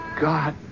God